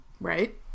Right